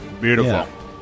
Beautiful